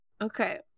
Okay